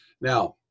Now